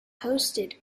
hosted